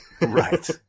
Right